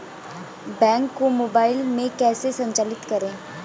Bank को mobile में कैसे संचालित करें?